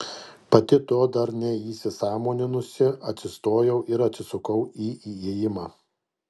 pati to dar neįsisąmoninusi atsistojau ir atsisukau į įėjimą